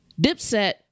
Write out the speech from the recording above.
Dipset